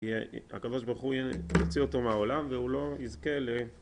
הקב"ה יוציא אותו מהעולם והוא לא יזכה ל...